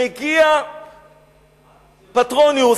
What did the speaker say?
מגיע פטרוניוס,